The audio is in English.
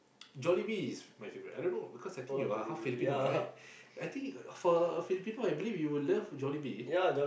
Jollibee is my favourite I don't know because I think you are half Filipino right I think for a Filipino I believe you will love Jollibee